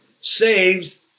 saves